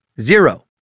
Zero